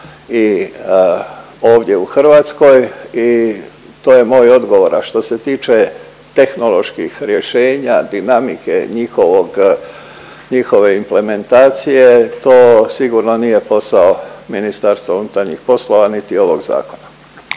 i ovdje u Hrvatskoj i to je moj odgovor. A što se tiče tehnoloških rješenja, dinamike, njihovog, njihove implementacije to sigurno nije posao MUP-a, niti ovog zakona,